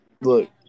Look